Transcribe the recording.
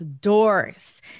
doors